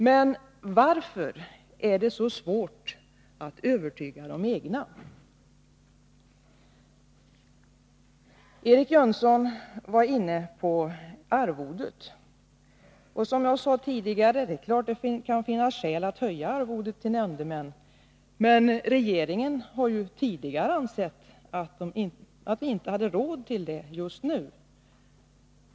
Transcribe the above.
Men varför är det så svårt för socialdemokraterna att övertyga sina egna? Eric Jönsson var inne på förslaget att höja arvodet till nämndemännen, och som jag sade kan det finnas skäl att göra det. Men regeringen har tidigare ansett att vi inte har råd till det just nu.